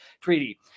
treaty